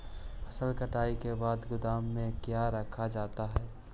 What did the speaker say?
फसल कटाई के बाद गोदाम में क्यों रखा जाता है?